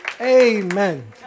amen